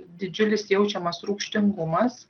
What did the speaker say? didžiulis jaučiamas rūgštingumas